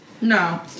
No